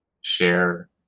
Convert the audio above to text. share